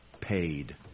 paid